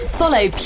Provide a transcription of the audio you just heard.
follow